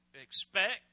expect